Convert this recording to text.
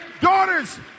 daughters